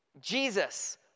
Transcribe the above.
Jesus